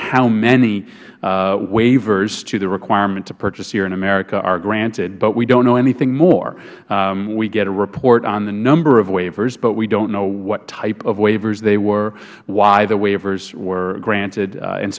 how many waivers to the requirement to purchase here in america are granted but we dont know anything more we get a report on the number of waivers but we dont know what type of waivers they were why the waivers were granted and